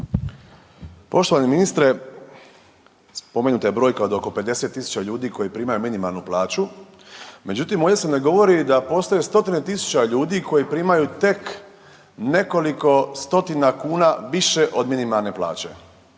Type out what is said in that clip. Poštovani ministre, spomenuta je brojka od oko 50 tisuća ljudi koji primaju minimalnu plaću, međutim, ovdje se ne govori da postoje stotine tisuća ljudi koji primaju tek nekoliko stotina kuna više od minimalne plaće.